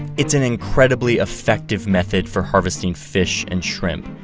it's an incredibly effective method for harvesting fish and shrimp,